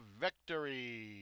victory